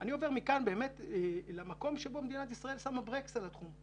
אני רוצה לעבור למקום שבו מדינת ישראל שמה ברקס על התחום.